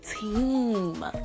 team